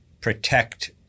protect